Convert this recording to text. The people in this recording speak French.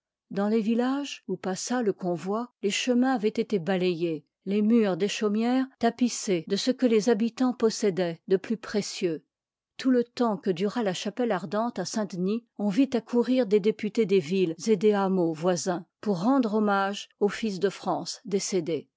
dans les villages où passa le convoi les chemins avoient été balayés les murs des chaumières tapissés de ce que les habitans possédoient de plus précieux tout le temps que dura la chapelle ardente à saint-denis on vit accourir des députés des villes et des hameaux a oisins pour rendre hommage au fils de france décédé